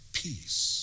peace